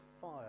fire